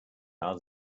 hard